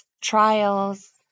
trials